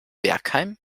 bergheim